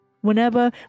whenever